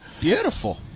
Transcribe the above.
Beautiful